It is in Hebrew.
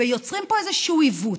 ויוצרים פה איזשהו עיוות.